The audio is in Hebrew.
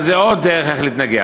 אז זו עוד דרך להתנגח.